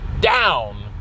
down